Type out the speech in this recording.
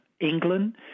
England